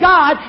God